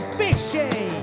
fishy